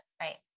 right